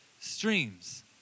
streams